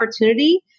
opportunity